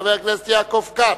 חבר הכנסת יעקב כץ,